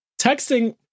texting